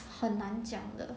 很难讲的